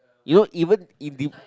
you know even in the